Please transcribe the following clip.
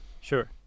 sure